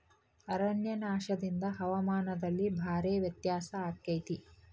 ಅರಣ್ಯನಾಶದಿಂದ ಹವಾಮಾನದಲ್ಲಿ ಭಾರೇ ವ್ಯತ್ಯಾಸ ಅಕೈತಿ